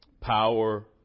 Power